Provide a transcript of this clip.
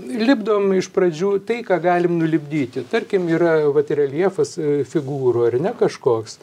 lipdom iš pradžių tai ką galim nulipdyti tarkim yra vat reljefas figūrų ar ne kažkoks